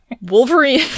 Wolverine